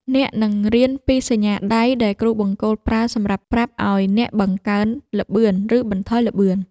អ្នកនឹងរៀនពីសញ្ញាដៃដែលគ្រូបង្គោលប្រើសម្រាប់ប្រាប់ឱ្យអ្នកបង្កើនល្បឿន ឬបន្ថយល្បឿន។